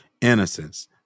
innocence